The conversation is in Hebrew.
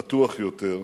בטוח יותר,